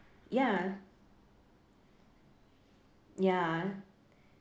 ya ya